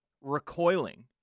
recoiling